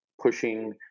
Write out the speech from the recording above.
pushing